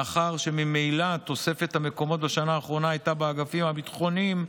מאחר שממילא תוספת המקומות בשנה האחרונה הייתה באגפים הביטחוניים,